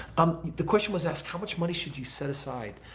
um the question was asked, how much money should you set aside?